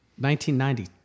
1990